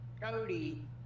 Cody